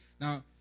Now